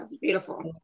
Beautiful